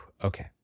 Okay